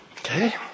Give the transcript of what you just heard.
Okay